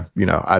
you know, ah